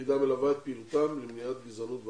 והיחידה מלווה את פעילותם למניעת גזענות ואפליה.